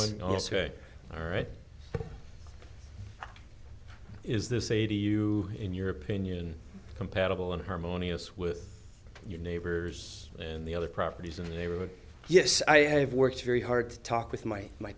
s all right is this a do you in your opinion compatible and harmonious with your neighbors and the other properties and they were yes i have worked very hard to talk with my my